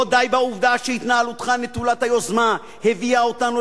לא די בעובדה שהתנהלותך נטולת היוזמה הביאה אותנו